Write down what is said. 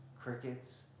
crickets